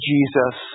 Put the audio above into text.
Jesus